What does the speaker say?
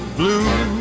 blue